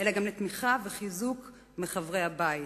אלא גם לתמיכה ולחיזוק מחברי הבית,